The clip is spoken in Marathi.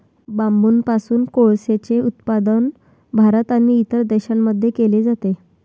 बांबूपासून कोळसेचे उत्पादन भारत आणि इतर देशांमध्ये केले जाते